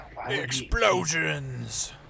explosions